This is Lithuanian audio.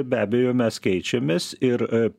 be abejo mes keičiamės ir